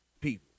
people